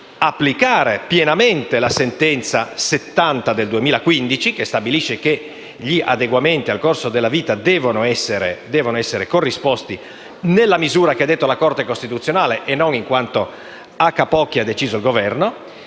applicare pienamente la sentenza n. 70 del 2015, la quale stabilisce che gli adeguamenti al costo della vita devono essere corrisposti nella misura che ha stabilito la Corte costituzionale e non in quella che, "a capocchia", ha deciso il Governo.